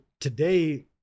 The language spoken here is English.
today